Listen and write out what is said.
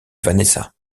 vanessa